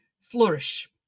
flourish